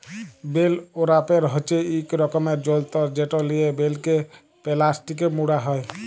bell wrapper হছে ইক রকমের যল্তর যেট লিয়ে বেলকে পেলাস্টিকে মুড়া হ্যয়